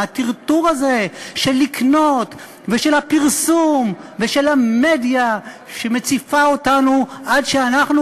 מהטרטור הזה של לקנות ושל הפרסום ושל המדיה שמציפה אותנו עד שאנחנו,